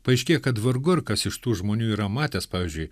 paaiškėja kad vargu ar kas iš tų žmonių yra matęs pavyzdžiui